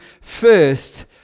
first